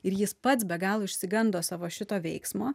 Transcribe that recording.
ir jis pats be galo išsigando savo šito veiksmo